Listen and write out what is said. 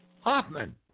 Hoffman